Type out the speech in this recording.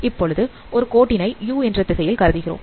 இப்போது ஒரு கோட்டினை u என்ற திசையில் கருதுகிறோம்